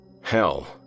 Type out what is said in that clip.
hell